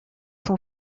son